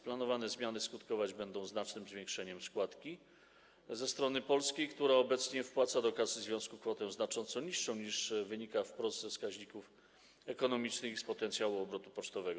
Planowane zmiany skutkować będą znacznym zwiększeniem składki ze strony Polski, która obecnie wpłaca do kasy związku kwotę znacząco niższą, niż wynika wprost ze wskaźników ekonomicznych i z potencjału obrotu pocztowego.